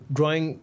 Drawing